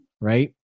right